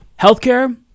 Healthcare